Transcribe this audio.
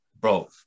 bro